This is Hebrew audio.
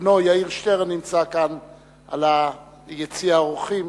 שבנו יאיר שטרן נמצא כאן ביציע האורחים,